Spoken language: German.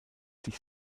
sich